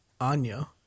Anya